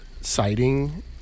sighting